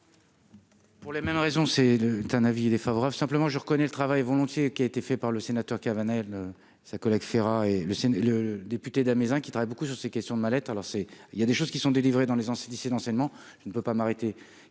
Pour les mêmes raisons, c'est le d'un avis défavorable, simplement je reconnais le travail volontiers, qui a été fait par le sénateur Cabanel, sa collègue et le c'est le député de la maison qui travaille beaucoup sur ces questions de mallettes alors c'est il y a des choses qui sont délivrés dans les dans ce lycée d'enseignement, je ne peux pas m'arrêter